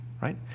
right